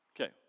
Okay